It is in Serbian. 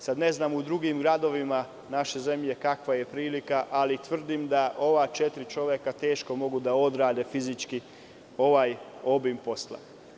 Sada ne znam u drugim gradovima naše zemlje kakva je prilika, ali tvrdim da ova četiri čoveka teško mogu da odrade fizički ovaj obim posla.